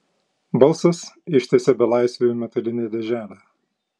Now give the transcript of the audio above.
balsas ištiesė belaisviui metalinę dėželę